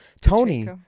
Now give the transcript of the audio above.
Tony